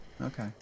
Okay